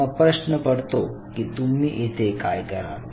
मग प्रश्न पडतो की तुम्ही येथे काय कराल